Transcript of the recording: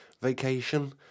vacation